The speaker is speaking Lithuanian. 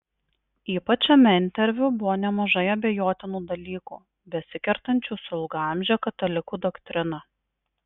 ypač šiame interviu buvo nemažai abejotinų dalykų besikertančių su ilgaamže katalikų doktrina